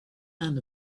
and